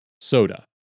Soda